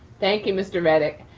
thank you, mr. redick.